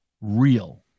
real